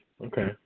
Okay